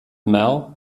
mel